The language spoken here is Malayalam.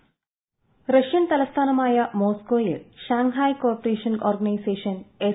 വോയ്സ് റഷ്യൻ തലസ്ഥാനമായ മോസ്കോയിൽ Shanghai cooperation organisation S